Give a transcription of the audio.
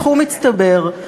הסכום הצטבר,